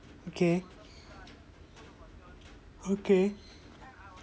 okay okay